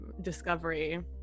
Discovery